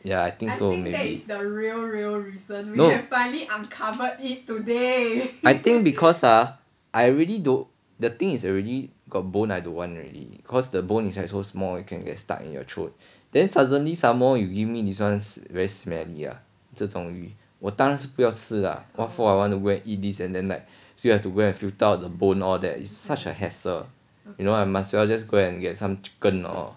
yeah I think so maybe no I think because ah I really don't the thing is already got bone I don't want already cause the bone is like so small it can get stuck in your throat then suddenly some more you give me this one's very smelly ah 这种鱼我当然是不要吃啦 what for I want to go and eat this then like still have to go and filter out the bone all that it's such a hassle you know I might as well go and get some chicken or